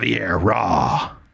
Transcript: Raw